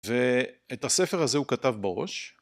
ואת הספר הזה הוא כתב בראש